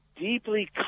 deeply